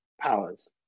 powers